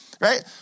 right